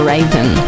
Raven